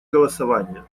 голосования